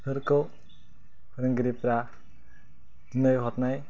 फोरखौ फोरोंगिरिफोरा लिरहरनाय